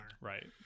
Right